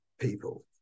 people